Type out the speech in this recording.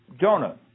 Jonah